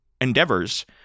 endeavors